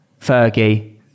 Fergie